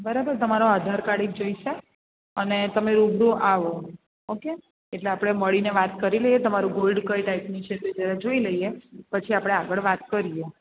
બરાબર તમારો આધાર કાડ એક જોઈશે અને તમે રૂબરૂ આવો ઓકે એટલે આપણે મળીને વાત કરી લઈએ તમારું ગોલ્ડ કઈ ટાઈપની છે તે જરા જોઈ લઈએ પછી આપણે આગળ વાત કરીએ